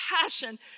passion